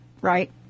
Right